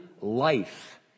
life